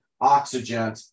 oxygen